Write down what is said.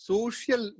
Social